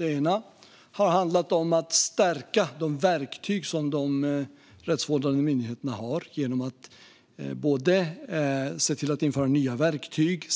En del har varit att stärka de verktyg som de rättsvårdande myndigheterna har genom att både införa nya verktyg,